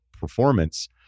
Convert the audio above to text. performance